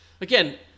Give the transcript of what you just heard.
again